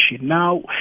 Now